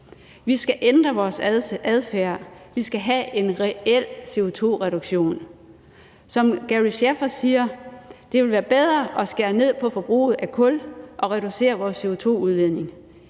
Vi skal ændre vores adfærd, vi skal have en reel CO2-reduktion. Som Gary Schaffer siger, ville det være bedre at skære ned på forbruget af kul og reducere vores CO2-udledning.